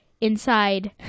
inside